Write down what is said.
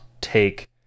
take